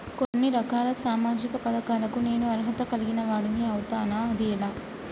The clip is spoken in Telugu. కొన్ని రకాల సామాజిక పథకాలకు నేను అర్హత కలిగిన వాడిని అవుతానా? అది ఎలా?